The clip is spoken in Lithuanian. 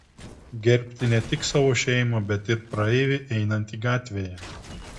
gerbti ne tik savo šeimą bet ir praeivį einantį gatvėje